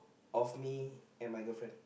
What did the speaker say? of me and my girlfriend